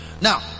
Now